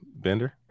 bender